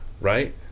right